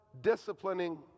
disciplining